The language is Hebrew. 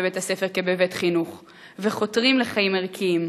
בבית-הספר כבבית-חינוך וחותרים לחיים ערכיים,